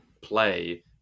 play